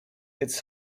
it’s